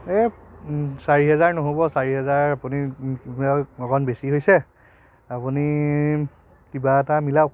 এই চাৰি হাজাৰ নহ'ব চাৰি হাজাৰ আপুনি অকণমান বেছি হৈছে আপুনি কিবা এটা মিলাওক